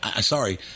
sorry